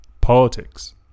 Politics